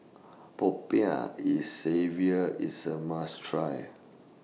Popiah E saviour IS A must Try